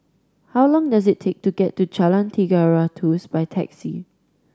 how long does it take to get to Jalan Tiga Ratus by taxi